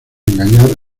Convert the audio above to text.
engañar